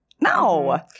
No